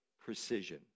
precision